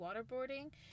waterboarding